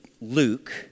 Luke